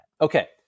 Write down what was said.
Okay